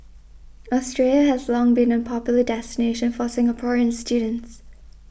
Australia has long been a popular destination for Singaporean students